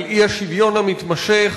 על האי-שוויון המתמשך,